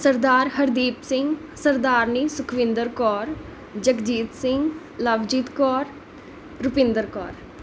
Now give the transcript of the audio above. Sardar Hardeep Singh Sardarni Sukhwinder Kaur Jagjit Singh Lovejeet Kaur Rupinder Kaur